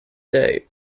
day